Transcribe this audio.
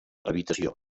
habitació